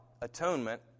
atonement